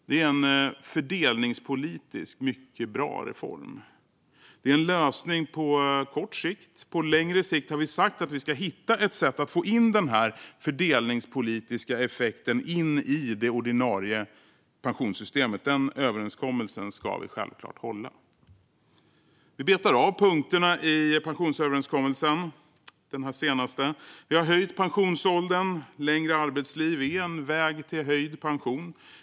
Det är en fördelningspolitiskt mycket bra reform. Det är en lösning på kort sikt. På längre sikt har vi sagt att vi ska hitta ett sätt att få in den fördelningspolitiska effekten i det ordinarie pensionssystemet. Den överenskommelsen ska vi självklart hålla. Vi betar av punkterna i den senaste pensionsöverenskommelsen. Vi har höjt pensionsåldern. Längre arbetsliv är en väg till höjd pension.